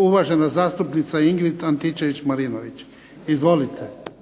uvažena zastupnica Ingrid Antičević-Marinović. Izvolite.